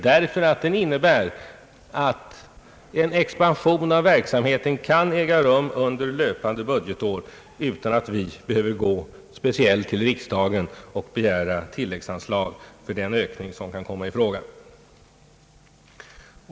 Den innebär nämligen att en expansion av verksamheten kan äga rum under löpande budgetår utan att vi särskilt behöver gå till riksdagen och begära tillläggsanslag för den ökning som kan komma i fråga.